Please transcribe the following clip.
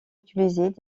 utilisées